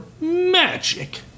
magic